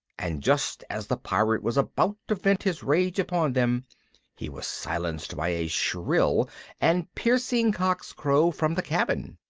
and just as the pirate was about to vent his rage upon them he was silenced by a shrill and piercing cock's-crow from the cabin.